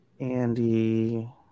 Andy